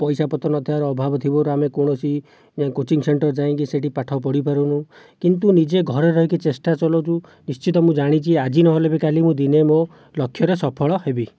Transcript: ପଇସା ପତ୍ର ନ ଥିବାରୁ ଅଭାବ ଥିବାରୁ ଆମେ କୌଣସି କୋଚିଂ ସେଣ୍ଟର୍ ଯାଇକି ସେଠି ପାଠ ପଢ଼ି ପାରୁନୁ କିନ୍ତୁ ନିଜେ ଘରେ ରହିକି ଚେଷ୍ଟା ଚଲଉଛୁ ନିଶ୍ଚିତ ମୁଁ ଜାଣିଛି ଆଜି ନ ହେଲେବି କାଲି ମୁଁ ଦିନେ ମୋ ଲକ୍ଷ୍ୟରେ ସଫଳ ହେବି